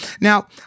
Now